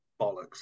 bollocks